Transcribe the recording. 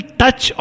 touch